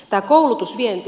tämä koulutusvienti